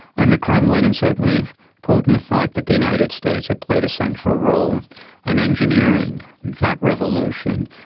and the kremlin and certainly putin thought that the united states had played a central role in engineering that revolution,